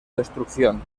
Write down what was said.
destrucción